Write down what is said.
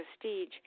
prestige